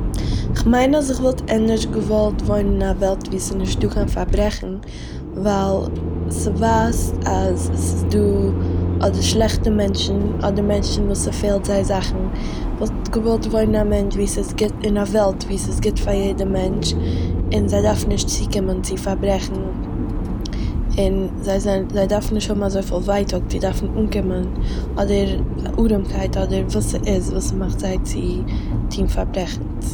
כ'מיין אז איך וואלט ענדערש געוואלט וואוינען אין א וועלט וואס ס'איז נישטא קיין פאברעכן ווייל, ס'ווייזט אז ס'איז דא אדער שלעכטע מענטשן, אדער מענטשן וואס ס'פעלט זיי זאכן. כ'וואלט געוואלט וואוינען אין א מענטש- וואו ס'איז גוט- אין א וועלט וואו ס'איז גוט פאר יעדער מענטש, און זיי דארפן נישט צוקומען צו פאברעכן און זיי זענען- זיי דארפן נישט האבן אזויפיל ווייטאג צו דארפן אוקומען אדער ארעמקייט אדער וואס ס'איז וואס מאכט זיי צו טוהן פאברעכנס